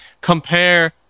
compare